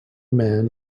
man